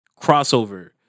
crossover